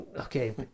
okay